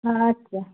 আচ্ছা